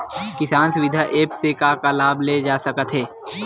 किसान सुविधा एप्प से का का लाभ ले जा सकत हे?